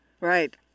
Right